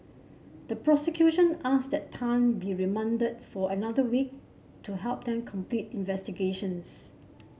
the prosecution asked that Tan be remanded for another week to help them complete investigations